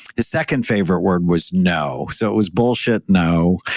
the second favorite word was no. so it was bullshit no.